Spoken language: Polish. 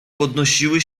podnosiły